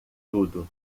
tudo